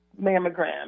mammogram